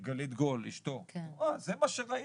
היא אמרה: זה מה שראיתי,